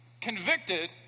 convicted